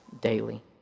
daily